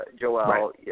Joel